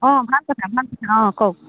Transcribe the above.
অঁ ভাল কথা ভাল কথা অঁ কওক